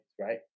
right